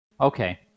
Okay